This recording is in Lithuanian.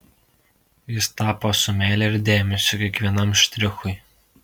jis tapo su meile ir dėmesiu kiekvienam štrichui